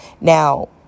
Now